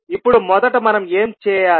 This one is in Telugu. ఇప్పుడు మొదట మనం ఏం చేయాలి